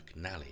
McNally